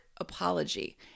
apology